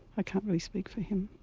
i can't really speak for him.